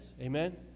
Amen